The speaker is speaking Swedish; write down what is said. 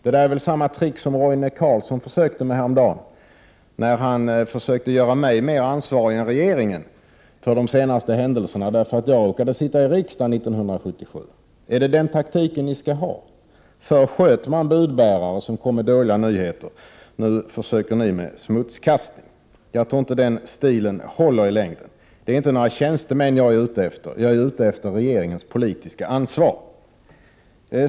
Det är samma trick som Roine Carlsson använde häromdagen när han försökte göra mig mer ansvarig än regeringen för de senaste händelserna, eftersom jag råkade sitta i riksdagen 1977. Är det den taktiken som ni skall ha? Förr sköt man budbärare som kom med dåliga nyheter. Nu försöker ni med smutskastning. Jag tror inte att den stilen håller i längden. Det är inte några tjänstemän jag är ute efter — jag är ute efter regeringens politiska ansvar.